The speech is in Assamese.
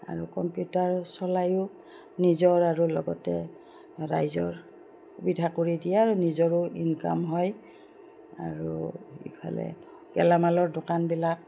আৰু কম্পিউটাৰ চলায়ো নিজৰ আৰু লগতে ৰাইজৰ সুবিধা কৰি দিয়ে আৰু নিজৰো ইনকাম হয় আৰু ইফালে গেলামালৰ দোকানবিলাক